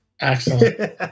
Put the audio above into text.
Excellent